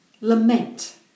lament